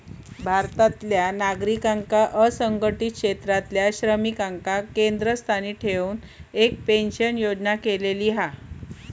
भारतातल्या नागरिकांका असंघटीत क्षेत्रातल्या श्रमिकांका केंद्रस्थानी ठेऊन एक पेंशन योजना केलेली हा